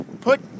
put